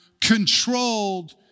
controlled